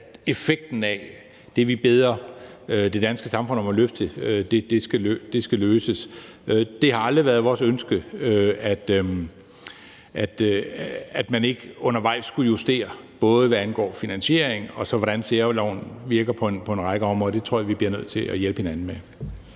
ser effekten af det, vi beder det danske samfund om at løse. Det har aldrig været vores ønske, at man ikke undervejs skulle justere, både hvad angår finansieringen og i forhold til hvordan særloven virker på en række områder. Det tror jeg vi bliver nødt til at hjælpe hinanden med.